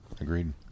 Agreed